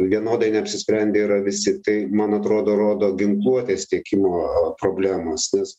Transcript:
vienodai neapsisprendę yra visi tai man atrodo rodo ginkluotės tiekimo problemos nes